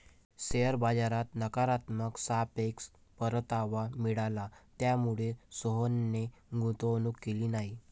share बाजारात नकारात्मक सापेक्ष परतावा मिळाला, त्यामुळेच सोहनने गुंतवणूक केली नाही